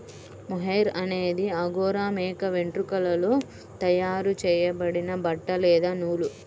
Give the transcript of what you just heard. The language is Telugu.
మొహైర్ అనేది అంగోరా మేక వెంట్రుకలతో తయారు చేయబడిన బట్ట లేదా నూలు